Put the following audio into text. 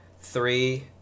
three